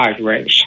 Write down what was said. race